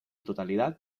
totalidad